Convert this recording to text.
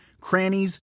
crannies